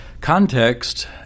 Context